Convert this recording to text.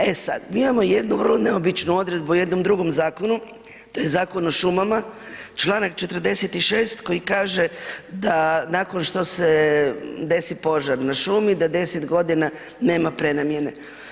E sad, mi imao jednu vrlo neobičnu odredbu u jednom drugom zakonu, to je Zakon o šumama Članak 46. koji kaže da nakon što se desi požar na šumi da 10 godina nema prenamijene.